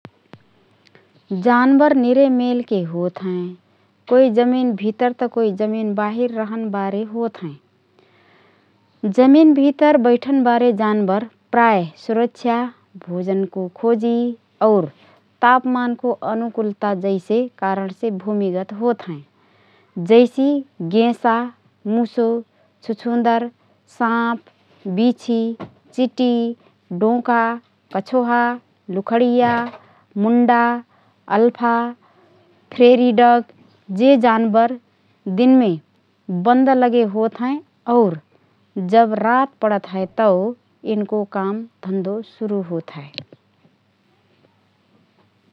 जानबर निरे मेलके होत हएँ । कोइ जमिन भितर त कोइ जमिन बाहिर रहनबारे होतहएँ । जमिन भितर बैठनबाले जानबर प्रायः सुरक्षा, भोजनको खोजी और तापमानको अनुकूलता जैसे कारणसे भूमिगत होतहएँ । जैसि: गेंसा, मुसो, छुछुँदर, साँप, बिछी, चिटी, डोँका, कछोहा, लुखडीया, मुन्डा, आल्फा, प्रेरी डग । जे जानबर दिनमे बन्द लगे होतहएँ और जब रात पडत हए तओ यिनको काम धन्दो सुरु होतहए ।